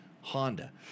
Honda